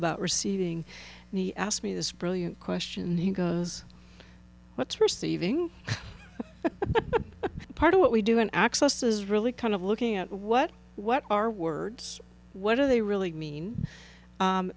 about receiving and he asked me this brilliant question he goes that's receiving part of what we do in access is really kind of looking at what what are words what are they really mean